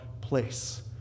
place